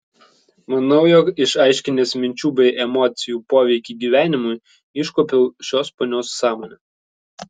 manau jog išaiškinęs minčių bei emocijų poveikį gyvenimui iškuopiau šios ponios sąmonę